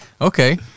okay